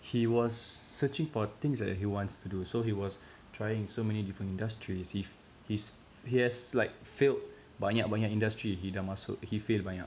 he was searching for things that he wants to do so he was trying so many different industries if his he has like failed banyak banyak industry he dah masuk he fail banyak